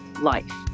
life